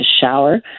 shower